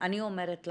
אני אומרת לכם,